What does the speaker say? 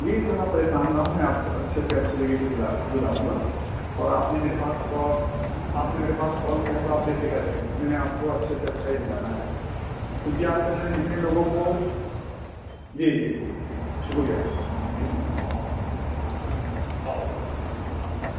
جی sir آپ پریشان نہ ہوں میں آپ کو اچھے سے اچھے جگہ پے دلاؤ دلاؤں گا اور آپ نے میرے پاس کا آپ نے میرے پاس کال کیا تو آپ بے فکر رہیں میں نے آپ کو اچھے سے اچھا ہی دلانا ہے کیوں کہ آج تک میں نے جتنے لوگوں کو جی جی ٹھیک ٹھیک شکریہ ٹھیک ٹھیک سلام علیکم